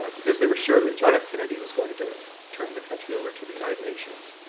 because they were sure that john f. kennedy was going to turn the country over to the united nations.